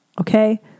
Okay